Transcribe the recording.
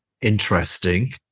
interesting